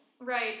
Right